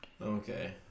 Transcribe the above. Okay